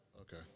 Okay